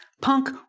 Punk